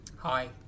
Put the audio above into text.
Hi